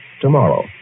tomorrow